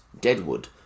Deadwood